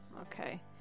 okay